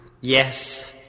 Yes